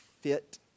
fit